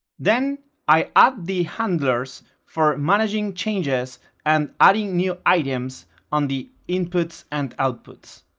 then i add the handlers for managing changes and adding new items on the inputs and outputs,